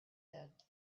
head